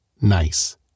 Nice